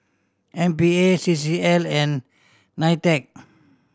M P A C C L and NITEC